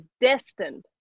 destined